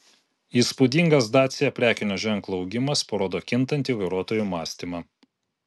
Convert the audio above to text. įspūdingas dacia prekinio ženklo augimas parodo kintantį vairuotojų mąstymą